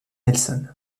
nelson